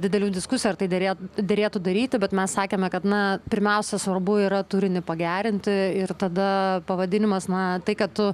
didelių diskusijų ar tai derėt derėtų daryti bet mes sakėme kad na pirmiausia svarbu yra turinį pagerinti ir tada pavadinimas na tai kad tu